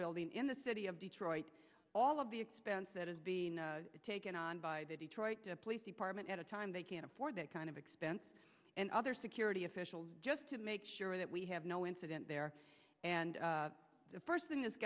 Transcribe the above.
building in the city of detroit all of the expense that is being taken on by the detroit police department at a time they can't afford that kind of expense and other security officials just to make sure that we have no incident there and the first thing this